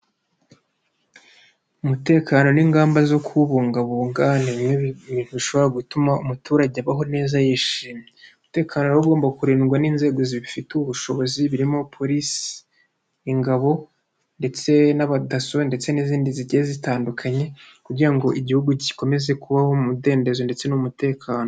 Umutekano n'ingamba zo kuwubungabunga ni bimwe bishobora gutuma umuturage abaho neza yishimiye, umutekano rero ugomba kurindwa n'inzego zibifitiye ubushobozi birimo polisi, ingabo ndetse n'abadaso ndetse n'izindi zigiye zitandukanye kugira ngo igihugu gikomeze kubaho mu mudendezo ndetse no mu mutekano.